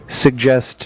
Suggest